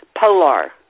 Polar